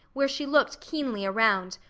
where she looked keenly around,